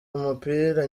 mupira